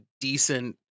decent